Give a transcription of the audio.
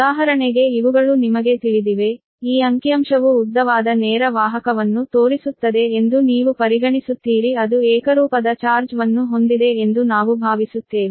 ಉದಾಹರಣೆಗೆ ಇವುಗಳು ನಿಮಗೆ ತಿಳಿದಿವೆ ಈ ಅಂಕಿಅಂಶವು ಉದ್ದವಾದ ನೇರ ವಾಹಕವನ್ನು ತೋರಿಸುತ್ತದೆ ಎಂದು ನೀವು ಪರಿಗಣಿಸುತ್ತೀರಿ ಅದು ಏಕರೂಪದ ಚಾರ್ಜ್ ವನ್ನು ಹೊಂದಿದೆ ಎಂದು ನಾವು ಭಾವಿಸುತ್ತೇವೆ